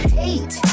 hate